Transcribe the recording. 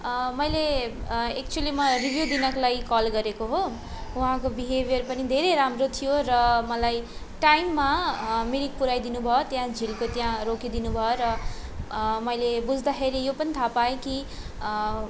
मैले एक्चुलीमा रिभ्यु दिनको लागि कल गरेको हो उहाँको बिहेबियर पनि धेरै राम्रो थियो र मलाई टाइममा मिरिक पुर्याइदिनुभयो त्यहाँ झिलको त्यहाँ रोकिदिनुभयो र मैले बुझ्दाखेरि यो पनि थाहा पाएँ कि